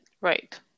right